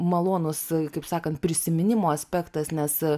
malonus kaip sakant prisiminimo aspektas nes